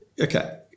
Okay